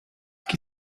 que